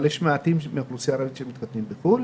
אבל יש מעטים מתוך האוכלוסייה הערבית שמתחתנים בחו"ל,